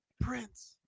Prince